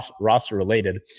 roster-related